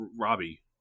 Robbie